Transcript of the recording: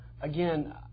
Again